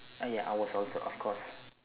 uh ya I was also of course